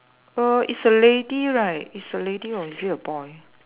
um it's a lady right it's a lady or is it a boy